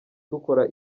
dukora